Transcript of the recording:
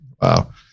Wow